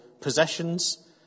possessions